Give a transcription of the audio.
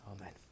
Amen